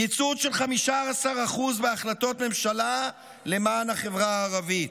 קיצוץ של 15% בהחלטות ממשלה למען החברה הערבית,